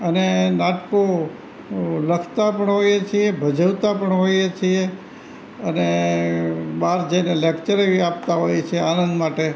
અને નાટકો લખતા પણ હોઈએ છીએ ભજવતા પણ હોઈએ છીએ અને બહાર જઈને લેક્ચરે આપતા હોઇએ છીએ આનંદ માટે